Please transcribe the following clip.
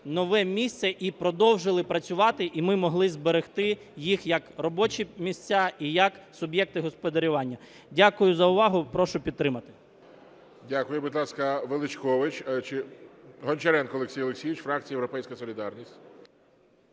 нове місце і продовжили працювати, і ми могли зберегти їх як робочі місця і як суб'єкти господарювання. Дякую за увагу. Прошу підтримати. ГОЛОВУЮЧИЙ. Дякую. Будь ласка, Величкович… Гончаренко Олексій Олексійович, фракція "Європейська солідарність".